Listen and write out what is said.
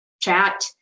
chat